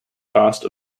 cost